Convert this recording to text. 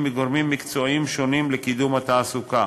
מגורמים מקצועיים שונים לקידום התעסוקה.